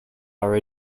are